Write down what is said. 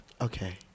okay